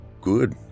Good